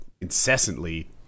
incessantly